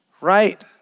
right